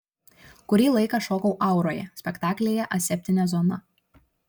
kurį laiką šokau auroje spektaklyje aseptinė zona